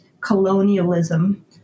colonialism